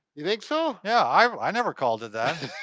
you think so? yeah i i never called it that.